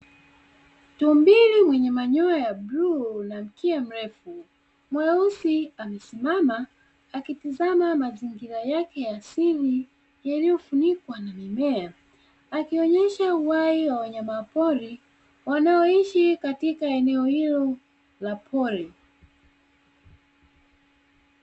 Tumbili mwenye manyoya ya bluu na mkia mrefu mweusi, amesimama akitizama mazingira yake ya asili yaliyofunikwa na mimea, akionyesha uhai wa wanyamapori wanaoishi katika eneo hilo la pori.